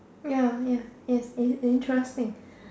ya ya yes in~ interesting